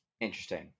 Interesting